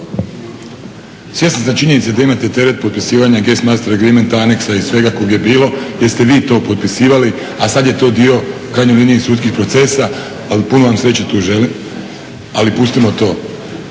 svjesni ste činjenice da imate teret popisivanje …/Govornik se ne razumije./…, agreement annex i svega koga je bilo jer ste vi to potpisivali a sada je to dio u krajnjoj liniji sudskih procesa ali puno vam sreće tu želim, ali pustimo to.